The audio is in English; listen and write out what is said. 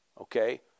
Okay